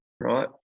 right